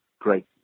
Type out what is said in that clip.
great